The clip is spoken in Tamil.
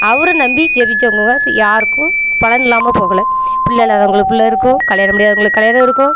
அவரை நம்பி ஜெபிச்சவங்க யாருக்கும் பலன் இல்லாமல் போகலை புள்ளை இல்லாதவங்களுக்கு புள்ளை இருக்கும் கல்யாணம் முடியாதவங்களுக்கு கல்யாணம் ஆகிருக்கும்